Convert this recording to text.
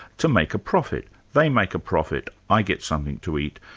to make a profit. they make a profit, i get something to eat.